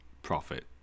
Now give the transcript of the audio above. profit